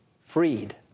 freed